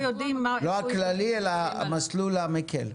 יודעים מה --- לא הכללי אלא המסלול המקל.